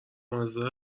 مزه